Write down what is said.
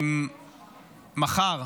הם הולכים מחר